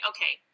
Okay